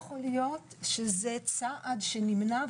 לא יכול להיות שזה צעד שנמנה,